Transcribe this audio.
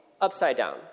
upside-down